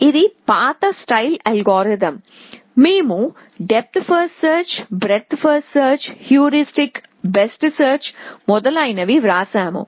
ఇది పాత style algorithm మేము depth first search breadth first search heuristic best first search మొదలైనవి వ్రాసాము